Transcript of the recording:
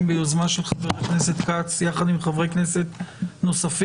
ביוזמה של חבר הכנסת כץ יחד עם חברי כנסת נוספים.